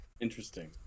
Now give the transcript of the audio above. interesting